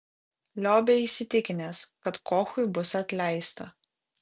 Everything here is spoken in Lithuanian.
liobė įsitikinęs kad kochui bus atleista